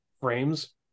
frames